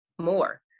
more